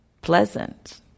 pleasant